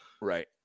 Right